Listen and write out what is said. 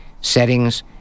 Settings